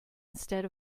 instead